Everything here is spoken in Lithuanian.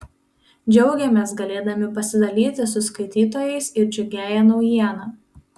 džiaugiamės galėdami pasidalyti su skaitytojais ir džiugiąja naujiena